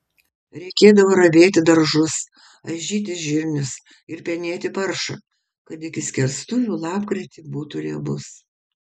reikėdavo ravėti daržus aižyti žirnius ir penėti paršą kad iki skerstuvių lapkritį būtų riebus